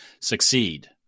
succeed